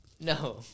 No